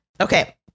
Okay